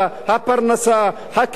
הקיום של היישובים.